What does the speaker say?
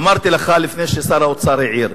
אמרתי לך לפני ששר האוצר העיר: